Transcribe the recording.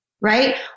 right